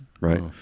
right